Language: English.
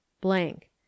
Blank